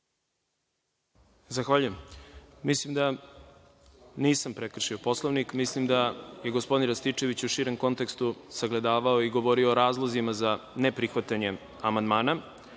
Zahvaljujem. Mislim da nisam prekršio Poslovnik, nego da je gospodin Rističević u širem kontekstu sagledavao i govorio o razlozima za neprihvatanje amandmana. Kada